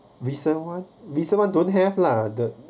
recent one recent one don't have lah the